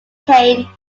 cane